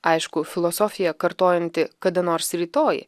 aišku filosofija kartojanti kada nors rytoj